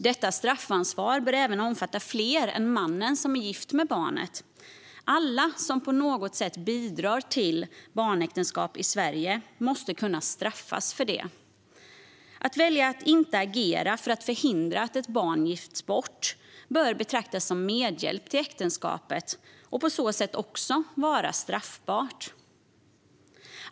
Detta straffansvar bör även omfatta fler än mannen som är gift med barnet; alla som på något sätt bidrar till barnäktenskap i Sverige måste kunna straffas för det. Att välja att inte agera för att förhindra att ett barn gifts bort bör betraktas som medhjälp till äktenskapet och på så sätt också vara straffbart.